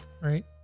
right